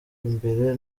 imbere